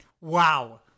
Wow